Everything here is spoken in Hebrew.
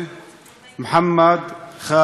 מוחמד חאלד איברהים,